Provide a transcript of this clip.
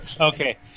Okay